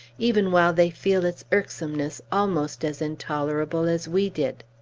even while they feel its irksomeness almost as intolerable as we did.